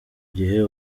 gihe